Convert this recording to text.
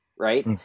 Right